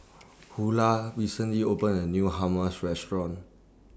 Hulah recently opened A New Hummus Restaurant